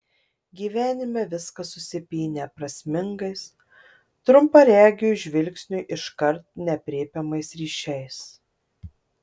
gyvenime viskas susipynę prasmingais trumparegiui žvilgsniui iškart neaprėpiamais ryšiais